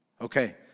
Okay